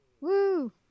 Woo